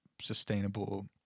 sustainable